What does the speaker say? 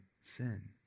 sin